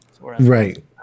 right